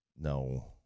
No